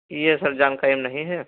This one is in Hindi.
ये सब जानकारी नहीं है